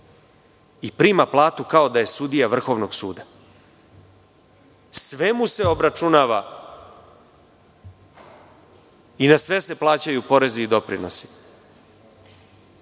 i prima platu kao da je sudija Vrhovnog suda. Sve mu se obračunava i na sve se plaćaju porezi i doprinosi.